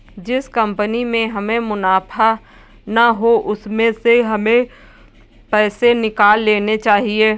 जिस कंपनी में हमें मुनाफा ना हो उसमें से हमें पैसे निकाल लेने चाहिए